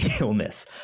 illness